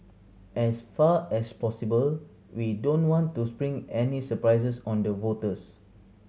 as far as possible we don't want to spring any surprises on the voters